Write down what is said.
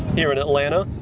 here in atlanta,